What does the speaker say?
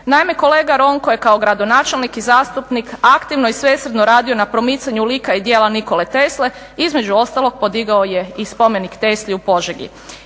Naime, kolega Ronko je kao gradonačelnik i zastupnik aktivno i svesrdno radio na promicanju lika i djela Nikole Tesle. Između ostalog podigao je i spomenik Tesli u Požegi.